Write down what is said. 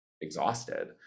exhausted